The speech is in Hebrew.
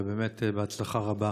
ובאמת בהצלחה רבה.